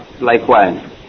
likewise